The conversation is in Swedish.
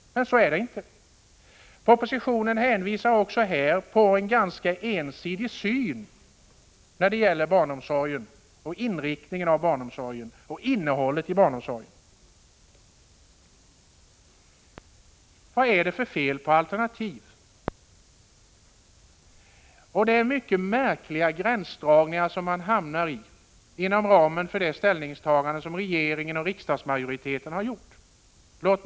Men så är det inte. Propositionen uppvisar också här en ganska ensidig syn på barnomsorgen samt på inriktningen av och innehållet i denna. Vad är det för fel att ha alternativ? Det är mycket märkliga gränsdragningar som man hamnar i inom ramen för det ställningstagande som regeringen och riksdagsmajoriteten har gjort.